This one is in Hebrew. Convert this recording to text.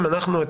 את